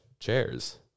Chairs